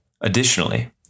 Additionally